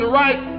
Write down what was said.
right